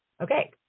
Okay